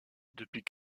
depuis